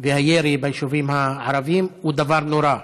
והירי ביישובים הערביים, הוא דבר נורא.